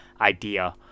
idea